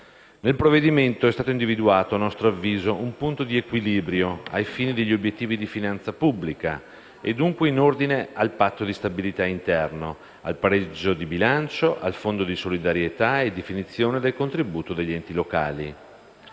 Nel provvedimento è stato individuato, a nostro avviso, un punto di equilibrio ai fini degli obiettivi di finanza pubblica, e dunque in ordine al Patto di stabilità interno, al pareggio di bilancio, al Fondo di solidarietà e definizione del contributo degli enti locali.